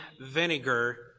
vinegar